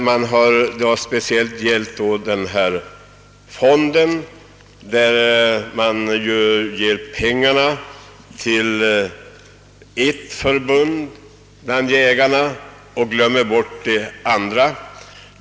Det har då speciellt gällt den fond som delar ut pengar till ett förbund bland jägarna men glömmer det andra.